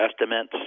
estimates